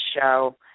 show